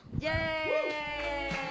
Yay